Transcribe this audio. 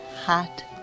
hot